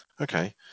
Okay